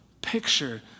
picture